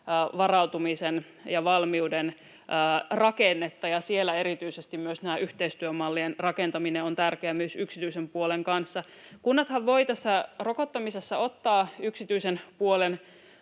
varautumisen ja valmiuden rakennetta, ja siellä erityisesti näiden yhteistyömallien rakentaminen on tärkeää myös yksityisen puolen kanssa. Kunnathan voivat tässä rokottamisessa ottaa yksityisen puolen